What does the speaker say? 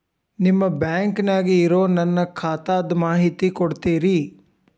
ನಿಮ್ಮ ಬ್ಯಾಂಕನ್ಯಾಗ ಇರೊ ನನ್ನ ಖಾತಾದ ಮಾಹಿತಿ ಕೊಡ್ತೇರಿ?